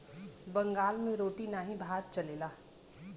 बंगाल मे रोटी नाही भात चलेला